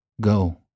Go